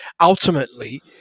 ultimately